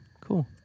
cool